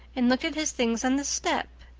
and looked at his things on the step.